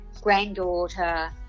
granddaughter